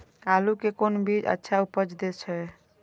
आलू के कोन बीज अच्छा उपज दे छे?